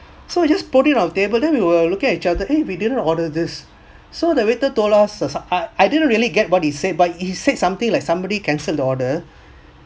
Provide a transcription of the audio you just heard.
so you just put it on the table then we were looking at each other eh we didn't order this so the waiter told us I I didn't really get what he said but he said something like somebody cancelled the order